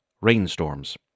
Rainstorms